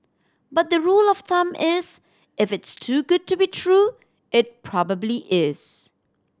but the rule of thumb is if it's too good to be true it probably is